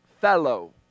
fellow